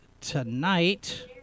tonight